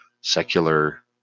secular